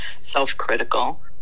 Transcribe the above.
self-critical